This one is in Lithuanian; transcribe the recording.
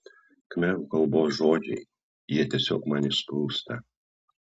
khmerų kalbos žodžiai jie tiesiog man išsprūsta